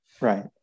Right